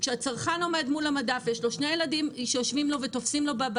כשהצרכן עומד מול המדף ויש לו שני ילדים שיושבים לו על הראש,